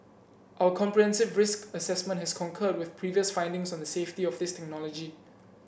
our comprehensive risk assessment has concurred with previous findings on the safety of this technology